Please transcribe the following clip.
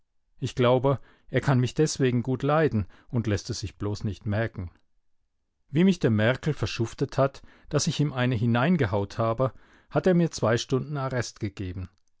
ich glaube er kann mich deswegen gut leiden und läßt es sich bloß nicht merken wie mich der merkel verschuftet hat daß ich ihm eine hineingehaut habe hat er mir zwei stunden arrest gegeben